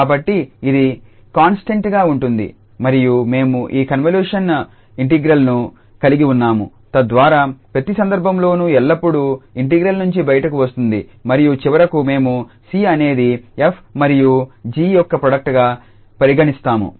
కాబట్టి ఇది కాన్స్టెంట్ గా ఉంటుంది మరియు మేము ఈ కన్వల్యూషన్ ఇంటిగ్రల్ ను కలిగి ఉన్నాము తద్వారా ప్రతి సందర్భంలోనూ ఎల్లప్పుడూ ఇంటిగ్రల్ నుండి బయటకు వస్తుంది మరియు చివరకు మేము c అనేది 𝑓 మరియు 𝑔 యొక్క ప్రోడక్ట్ గా పరిగణిస్తాము